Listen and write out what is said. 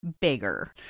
bigger